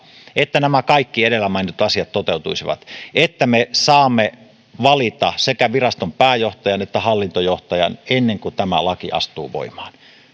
että nämä kaikki edellä mainitut asiat toteutuisivat että me saamme valita sekä viraston pääjohtajan että hallintojohtajan ennen kuin tämä laki astuu voimaan